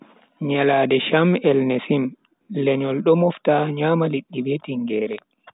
Nyalande sham el nessim, lenyol do mofta nyama liddi be tingeere.